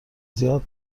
زیاد